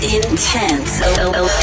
intense